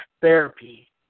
therapy